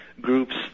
groups